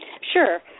Sure